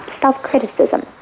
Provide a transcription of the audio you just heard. self-criticism